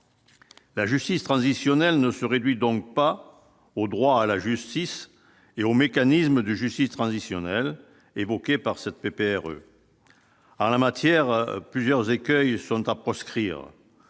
La justice transitionnelle ne se réduit donc pas au droit à la justice et aux mécanismes de justice transitionnelle évoqués par cette PPR en la matière, plusieurs écueils sont à proscrire,